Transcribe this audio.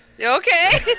Okay